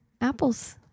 apples